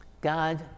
God